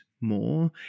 more